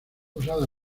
usada